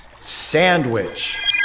sandwich